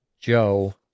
Joe